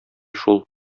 шул